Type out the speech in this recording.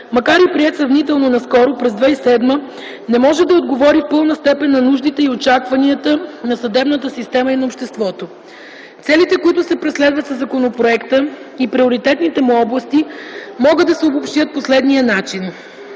макар и приет сравнително наскоро – през 2007 г. – не може да отговори в пълна степен на нуждите и очакванията на съдебната система и на обществото. Целите, които се преследват със законопроекта, и приоритетните му области могат да се обобщят по следния начин.